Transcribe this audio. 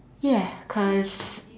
ya cause